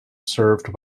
served